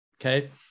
okay